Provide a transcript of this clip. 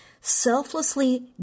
selflessly